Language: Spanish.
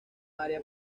área